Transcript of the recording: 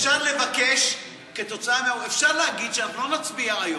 אפשר להגיד שאנחנו לא נצביע היום,